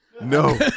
No